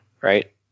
right